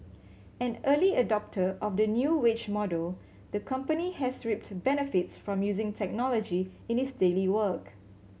an early adopter of the new wage model the company has reaped benefits from using technology in its daily work